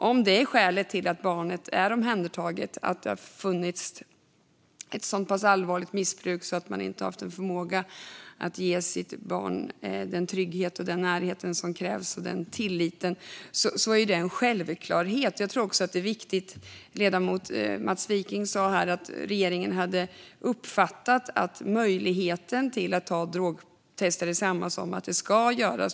Om skälet till att barnet är omhändertaget är att det har funnits ett så pass allvarligt missbruk att man inte har haft en förmåga att ge sitt barn den trygghet, närhet och tillit som krävs är drogtest en självklarhet. Ledamoten Mats Wiking sa att regeringen hade uppfattat att möjligheten till att ha drogtester är samma som att det ska göras.